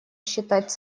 считать